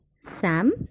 Sam